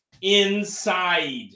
inside